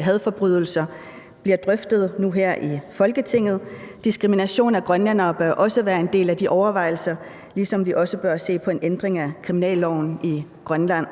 hadforbrydelser i Danmark bliver drøftet nu her i Folketinget. Diskrimination af grønlændere bør også være en del af de overvejelser, ligesom vi også bør se på en ændring af kriminalloven i Grønland.